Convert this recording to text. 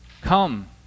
Come